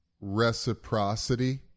reciprocity